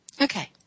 Okay